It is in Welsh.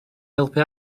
helpu